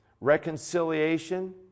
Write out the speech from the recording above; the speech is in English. reconciliation